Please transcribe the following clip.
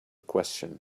question